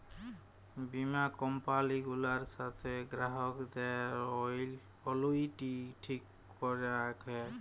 বীমা কম্পালি গুলার সাথ গ্রাহকদের অলুইটি ঠিক ক্যরাক হ্যয়